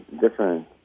different